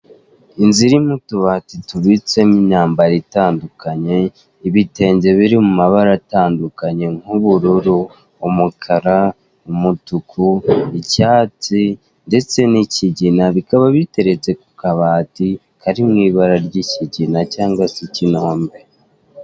Inzu irimo utubati tubitsemo imyambaro itandukanye, ibitenge biri mu mabara atandukanye nk'ubururu, umukara, umutuku, icyatsi ndetse n'ikigina bikaba biteretse ku kabati kari mu ibara ry'ikigina cyangwa se ikinombe.